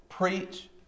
Preach